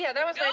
yeah, that was